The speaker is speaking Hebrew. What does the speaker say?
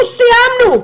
אנחנו סיימנו.